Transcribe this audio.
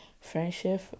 friendship